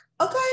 okay